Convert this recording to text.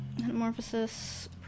metamorphosis